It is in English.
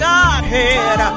Godhead